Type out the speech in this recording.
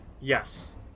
Yes